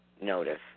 notice